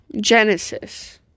Genesis